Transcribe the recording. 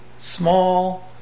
small